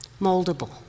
Moldable